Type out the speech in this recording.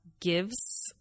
gives